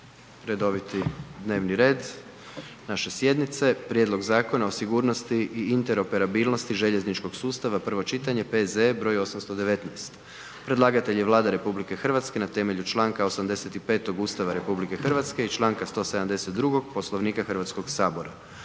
redoviti dnevni red naše sjednice: - Prijedlog Zakona o sigurnosti i interoperabilnosti željezničkog sustava, prvo čitanje, P.Z.E. broj 819 Predlagatelj je Vlada RH na temelju Članka 85. Ustava RH i Članka 172. Poslovnika Hrvatskog sabora.